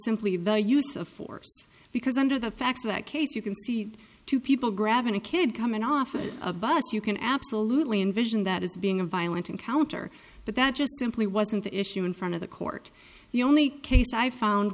simply the use of force because under the facts of that case you can see two people grabbing a kid coming off of a bus you can absolutely envision that is being a violent encounter but that just simply wasn't the issue in front of the court the only case i found